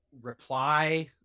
reply